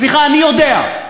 סליחה, אני יודע.